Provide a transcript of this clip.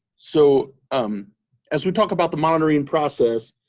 so um as we talk about the monitoring process,